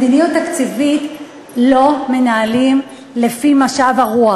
מדיניות תקציבית לא מנהלים לפי משב הרוח.